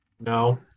No